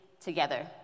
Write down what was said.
together